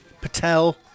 Patel